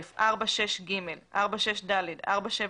4.6ג, 4.6ד, 4.7ב,